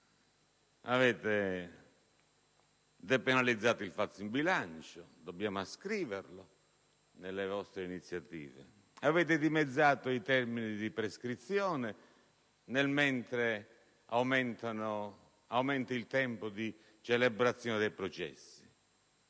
avete depenalizzato il falso in bilancio, atto che dobbiamo ascrivere tra le vostre iniziative. Avete dimezzato i termini di prescrizione, nel mentre aumenta il tempo di celebrazione dei processi.